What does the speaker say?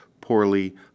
poorly